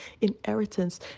inheritance